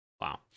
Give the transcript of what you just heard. Wow